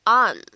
on